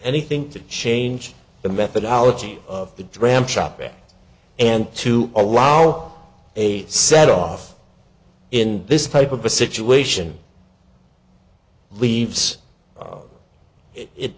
anything to change the methodology of the dram shop back and to allow a set off in this type of a situation leaves it